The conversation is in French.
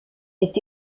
est